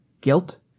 guilt